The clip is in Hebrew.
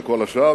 לכל השאר,